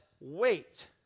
Wait